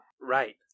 Right